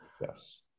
Yes